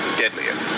deadlier